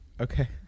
Okay